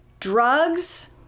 drugs